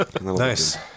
Nice